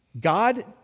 God